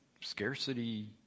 scarcity